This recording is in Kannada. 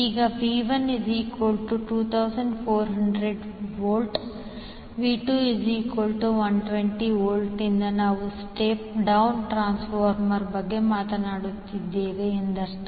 ಈಗ V12400VV2120V ನಿಂದ ನಾವು ಸ್ಟೆಪ್ ಡೌನ್ ಟ್ರಾನ್ಸ್ಫಾರ್ಮರ್ ಬಗ್ಗೆ ಮಾತನಾಡುತ್ತಿದ್ದೇವೆ ಎಂದರ್ಥ